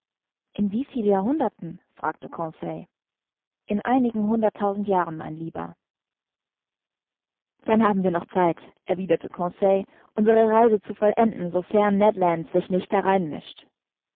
in wieviel jahrhunderten fragte conseil in einigen hunderttausend jahren mein lieber dann haben wir noch zeit erwiderte conseil unsere reise zu vollenden sofern ned land sich nicht